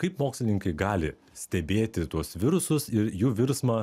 kaip mokslininkai gali stebėti tuos virusus ir jų virsmą